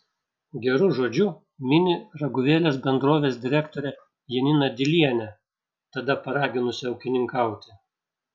geru žodžiu mini raguvėlės bendrovės direktorę janiną dilienę tada paraginusią ūkininkauti